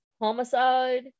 Homicide